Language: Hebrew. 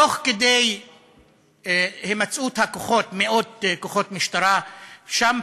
תוך כדי הימצאות מאות כוחות משטרה שם,